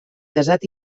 casat